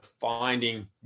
finding